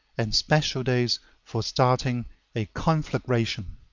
and special days for starting a conflagration.